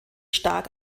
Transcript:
stark